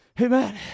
Amen